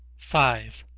five.